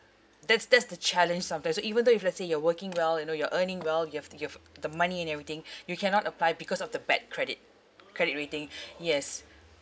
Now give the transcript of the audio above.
that's that's the challenge sometime so even though if let's say you're working well you know you're earning well you've you've the money and everything you cannot apply because of the bad credit credit rating yes